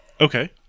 Okay